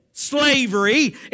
Slavery